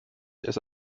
erst